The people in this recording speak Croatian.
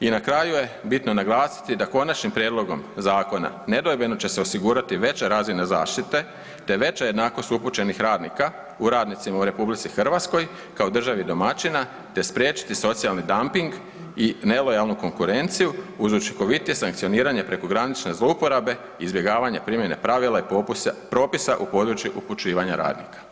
I na kraju je bitno naglasiti da konačnim prijedlogom zakona nedvojbeno će se osigurati veća razina zaštite te veća jednakost upućenih radnika u radnicima u RH kao državi domaćina te spriječiti socijalni damping i nelojalnu konkurenciju uz učinkovitije sankcioniranje prekogranične zlouporabe izbjegavanja primjene pravila i propisa u području upućivanja radnika.